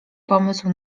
pomysł